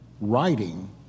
writing